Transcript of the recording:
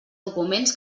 documents